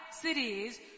cities